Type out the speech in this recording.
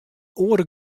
oare